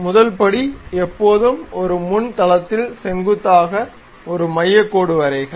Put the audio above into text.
முதல் படி எப்போதும் ஒரு முன் தளத்தில் செங்குத்தாக ஒரு மையக் கோடு வரைக